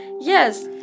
Yes